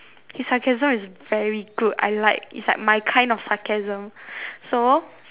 his sarcasm is very good I like is like my kind of sarcasm so